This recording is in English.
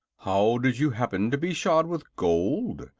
how did you happen to be shod with gold?